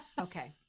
Okay